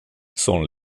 sont